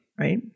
right